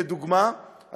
לדוגמה,